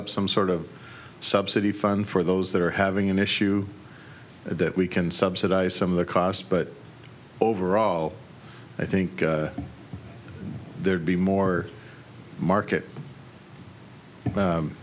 up some sort of subsidy fund for those that are having an issue that we can subsidize some of the cost but overall i think there'd be more market